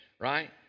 right